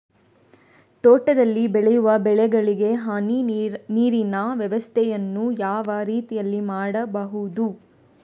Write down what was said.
ತೋಟದಲ್ಲಿ ಬೆಳೆಯುವ ಬೆಳೆಗಳಿಗೆ ಹನಿ ನೀರಿನ ವ್ಯವಸ್ಥೆಯನ್ನು ಯಾವ ರೀತಿಯಲ್ಲಿ ಮಾಡ್ಬಹುದು?